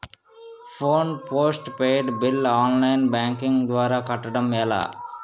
Phone postpaid bill online banking ద్వారా కట్టడం ఎలా?